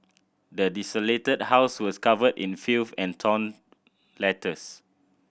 the desolated house was covered in filth and torn letters